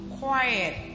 quiet